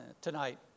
tonight